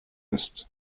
ist